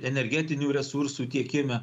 energetinių resursų tiekime